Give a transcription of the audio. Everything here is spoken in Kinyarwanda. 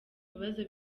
bibazo